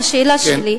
השאלה שלי,